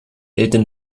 eltern